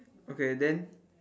okay then